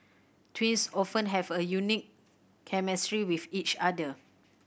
twins often have a unique chemistry with each other